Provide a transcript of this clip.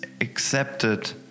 accepted